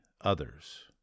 others